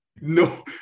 No